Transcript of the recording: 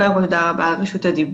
קודם כל, תודה רבה על רשות הדיבור.